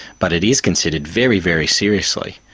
but it is considered very, very seriously.